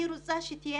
אני רוצה שהיא תהיה